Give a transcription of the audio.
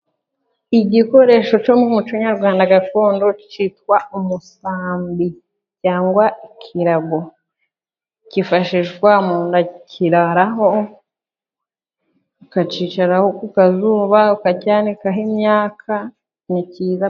Igikoresho cyo mu muco nyarwanda gakondo cyitwa umusambi cyangwa ikirago. Kifashishwa umuntu akiraraho, ukakicaraho ku kazuba, ukacyanikaho imyaka ni cyiza.